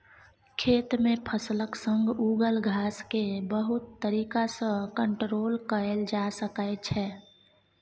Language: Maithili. खेत मे फसलक संग उगल घास केँ बहुत तरीका सँ कंट्रोल कएल जा सकै छै